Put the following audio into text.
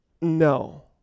no